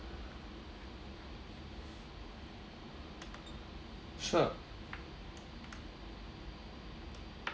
sure